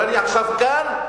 אבל אני עכשיו כאן,